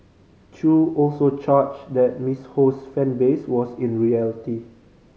Chew also charged that Miss Ho's fan base was in reality